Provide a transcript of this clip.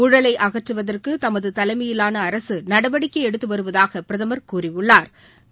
ஊழலை அகற்றுவதற்கு தமது தலைமையிலான அரசு நடவடிக்கை எடுத்து வருவதாக பிரதமா் கூறியுள்ளாள்